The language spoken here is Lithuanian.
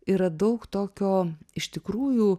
yra daug tokio iš tikrųjų